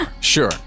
sure